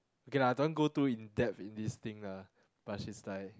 okay lah don't want go too in-depth in this thing lah but she's like